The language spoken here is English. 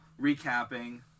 recapping